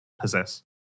possess